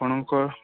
ଆପଣଙ୍କ